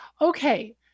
Okay